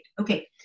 Okay